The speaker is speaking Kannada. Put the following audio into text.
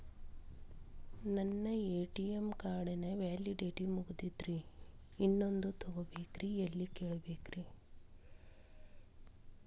ನನ್ನ ಎ.ಟಿ.ಎಂ ಕಾರ್ಡ್ ನ ವ್ಯಾಲಿಡಿಟಿ ಮುಗದದ್ರಿ ಇನ್ನೊಂದು ತೊಗೊಬೇಕ್ರಿ ಎಲ್ಲಿ ಕೇಳಬೇಕ್ರಿ?